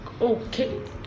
Okay